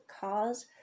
cause